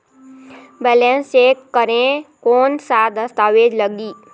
Balance check करें कोन सा दस्तावेज लगी?